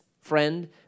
friend